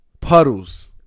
puddles